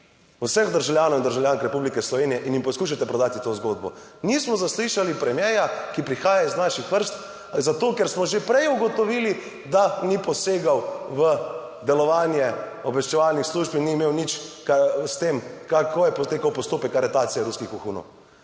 vseh državljanov in državljank Republike Slovenije in jim poskušate prodati to zgodbo. Nismo zaslišali premierja, ki prihaja iz naših vrst, zato ker smo že prej ugotovili, da ni posegel v delovanje obveščevalnih služb in ni imel nič s tem, kako je potekal postopek aretacije ruskih vohunov.